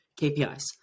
KPIs